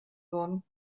worden